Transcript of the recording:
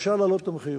בבקשה להעלות את המחיר.